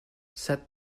set